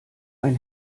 ein